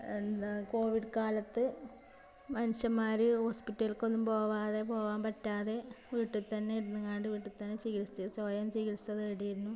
എന്താ കോവിഡ് കാലത്ത് മനുഷ്യന്മാർ ഹോസ്പിറ്റലക്കൊന്നും പോകാതെ പോകാൻ പറ്റാതെ വീട്ടിൽ തന്നെ ഇരുന്നുങ്ങാണ്ട് വീട്ടിൽ തന്നെ ചികിത്സ സ്വയം ചികിത്സ നേടിയിരുന്നു